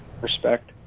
respect